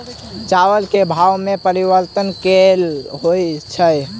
चावल केँ भाव मे परिवर्तन केल होइ छै?